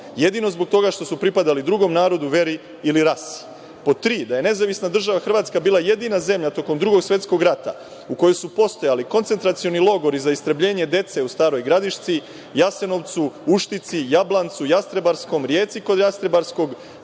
jedino zbog toga što su pripadali drugom narodu, veri ili rasi; Pod tri, da je Nezavisna država Hrvatska bila jedina zemlja tokom Drugog svetskog rata u kojoj su postojali koncentracioni logori za istrebljenje dece u Staroj Gradiški, Jasenovcu, Uštici, Jablancu, Jastrebarskom, Rijeci kod Jastrebarskog,